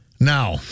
Now